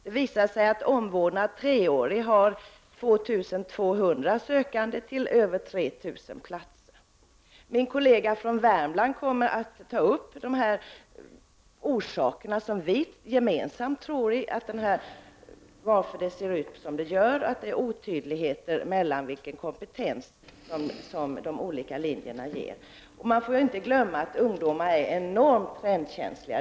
Till den treåriga omvårdnadslinjen har 2 200 sökt till över 3 000 platser. Min kollega från Värmland kommer att ta upp de saker som vi tror ligger bakom att det ser ut som det gör, nämligen att det finns otydligheter beträf fande vilken kompetens som de olika linjerna ger. Man får inte heller glömma att ungdomar är enormt trendkänsliga.